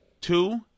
two